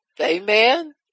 Amen